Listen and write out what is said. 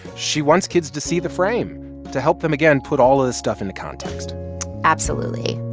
she wants kids to see the frame to help them, again, put all of this stuff into context absolutely